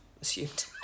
assumed